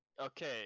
Okay